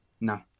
No